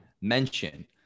mention